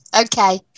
Okay